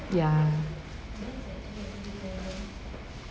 ya